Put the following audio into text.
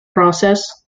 process